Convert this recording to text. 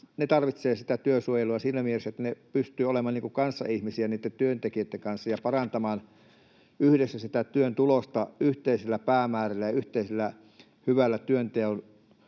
he tarvitsevat sitä työsuojelua siinä mielessä, että he pystyvät olemaan niin kuin kanssaihmisiä niitten työntekijöitten kanssa ja parantamaan yhdessä sitä työn tulosta yhteisillä päämäärillä ja yhteisellä hyvällä työnteon